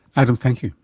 adam, thank you.